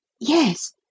Yes